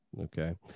Okay